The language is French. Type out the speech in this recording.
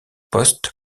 post